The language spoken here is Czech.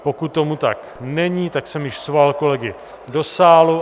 Pokud tomu tak není, tak jsem již svolal kolegy do sálu.